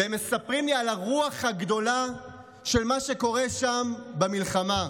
והם מספרים לי על הרוח הגדולה של מה שקורה שם במלחמה,